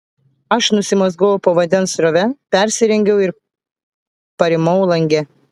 aš nusimazgojau po vandens srove persirengiau ir parimau lange